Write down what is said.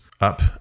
up